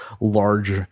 large